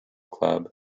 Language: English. club